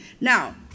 Now